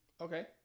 Okay